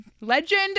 legend